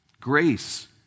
grace